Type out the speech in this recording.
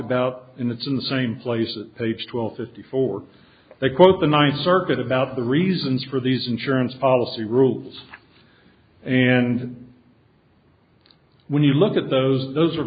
about in that in the same place at page twelve fifty four they quote the ninth circuit about the reasons for these insurance policy rules and when you look at those those are